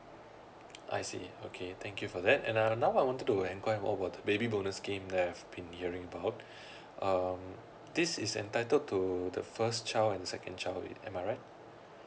I see okay thank you for that and uh now I wanted to enquire more about the baby bonus scheme that I've been hearing about um this is entitled to the first child and the second child in am I right